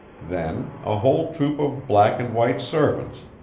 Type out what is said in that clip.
then, a whole troop of black and white servants,